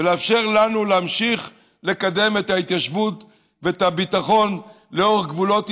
ולאפשר לנו להמשיך לקדם את ההתיישבות ואת הביטחון לאורך גבולות ישראל.